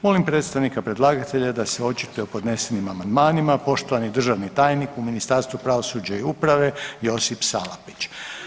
Molim predstavnika predlagatelja da se očituje o podnesenim amandmanima, poštovani državni tajnik u Ministarstvu pravosuđa i uprave Josip Salapić.